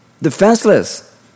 defenseless